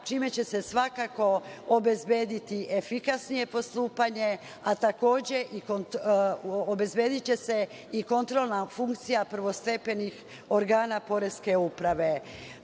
čime će se svakako obezbediti efikasnije postupanje, a takođe će se obezbediti i kontrolna funkcija prvostepenih organa Poreske uprave. Svi